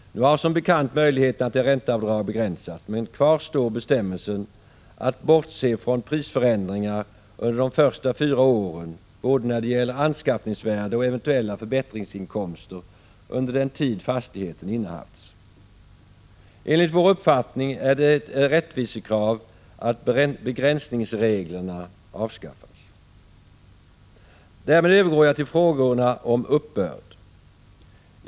Nu har som bekant möjligheterna till ränteavdrag begränsats, men kvar står bestämmelsen att bortse från prisförändringar under de första fyra åren när det gäller både 57 anskaffningsvärde och eventuella förbättringskostnader under den tiden fastigheten innehafts. Enligt vår uppfattning är det ett rättvisekrav att begränsningsreglerna avskaffas. Därmed övergår jag till frågorna om uppbörd.